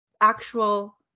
actual